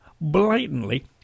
blatantly